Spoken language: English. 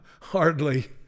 Hardly